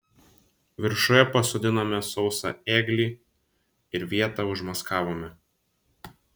viršuje pasodinome sausą ėglį ir vietą užmaskavome